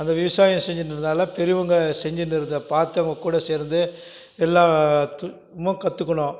அந்த விவசாயம் செஞ்சுட்டு இருந்ததால் பெரியவங்க செஞ்சுட்டு இருந்ததை பார்த்து அவங்க கூட சேர்ந்து எல்லாத்துமு கற்றுக்குனோம்